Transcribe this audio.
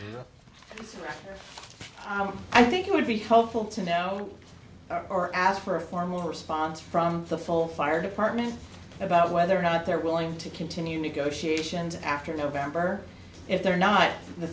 on i think it would be helpful to know or ask for a formal response from the fire department about whether or not they're willing to continue negotiations after november if they're not the